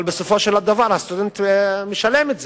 אבל בסופו של דבר הסטודנט משלם את זה.